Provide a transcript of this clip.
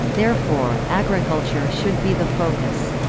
therefore, agriculture should be the focus.